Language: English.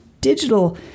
digital